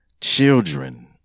children